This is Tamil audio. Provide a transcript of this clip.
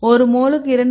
ஒரு மோலுக்கு 2